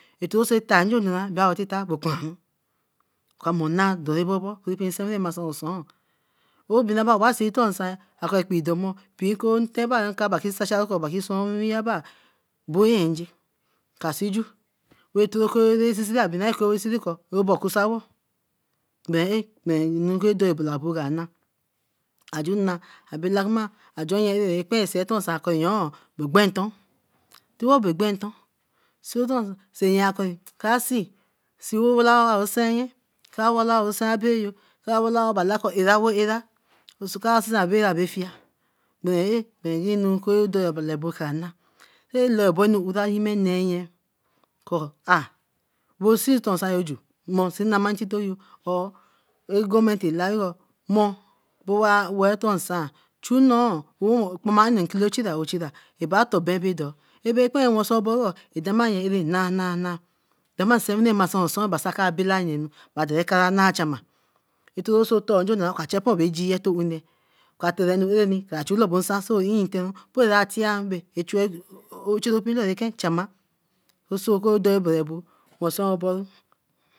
Etoō sai efa njo naraā bera ko tita bae okparanru, oka mor anai doru bobo oku nsewine masari osūun. Obinaba oba si otor nsan ka kor ekpee domuo. Piko teba aba ki toan wiwiyebaa boyenje kasiju kor oban kusanwo, ben ah oku ra doh abo kranah aju na abala nye areri ra kpara sien otor nsan egbenton. Tiwo bae gbenton siya sai so willa abae sai abbey yo. Ko awala ko era wo era sen abbey ra bae fia berenah ko aden abo kra na, ra loo obo wa nu be nee onee kor aha wo see otor nsan yo ju, mo see nama ntito yo or e government tila yo mor well don sir chu nnoo kpema nne kele ochira ochira aba otor ben bodo beben kpari wenso oboru ah damayen arari nai nai nai dama nsewine wasoru osuun bae ka bina nenu a chu anai chama. O toro so tor yo oka chepur, epur to geye ton une. Kara terenu arani kra chu lobo nsan so iriten e chuwe ochoropin laru eken chama so so oku rederebo, wesonruboru.